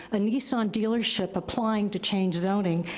a nissan dealership applying to change zoning,